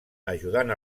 ajudant